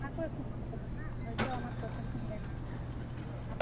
না ওরা তো আমার কথা শুনবে না